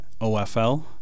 OFL